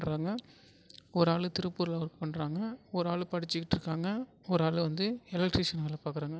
ஓராள் திருப்பூர்ல ஒர்க் பண்ணுறாங்க ஓராள் படிச்சிக்கிட்ருக்காங்கள் ஓராள் வந்து எலக்ட்ரிஷன் வேலை பார்க்குறாங்க